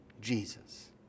Jesus